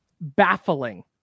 baffling